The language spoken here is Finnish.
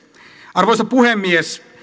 arvoisa puhemies